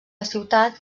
ciutat